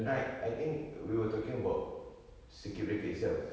like I think we were talking about circuit breaker itself